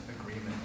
agreement